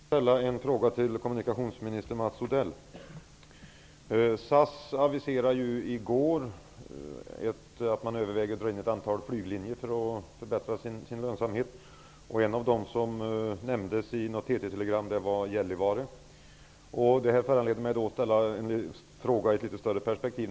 Fru talman! Jag vill ställa en fråga till kommunikationsminister Mats Odell. SAS aviserade i går att man överväger att dra in ett antal flyglinjer för att förbättra sin lönsamhet. En av de linjer som nämndes i ett TT-telegram gick till Gällivare. Detta föranleder mig att ställa en fråga i ett litet större perspektiv.